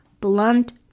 Blunt